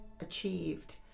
achieved